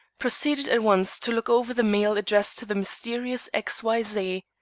proceeded at once to look over the mail addressed to the mysterious x. y. z.